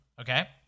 okay